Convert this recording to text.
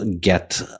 get